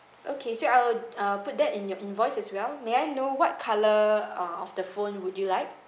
okay so I'll uh put that in your invoice as well may I know what colour uh of the phone would you like